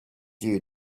you